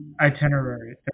Itinerary